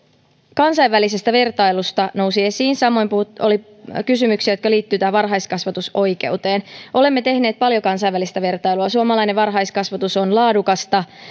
kansainvälisestä vertailusta nousi esiin samoin oli kysymyksiä jotka liittyivät varhaiskasvatusoikeuteen olemme tehneet paljon kansainvälistä vertailua suomalainen varhaiskasvatus on laadukasta